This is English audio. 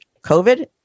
COVID